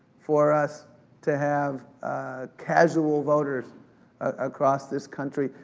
for us to have casual voters across this country,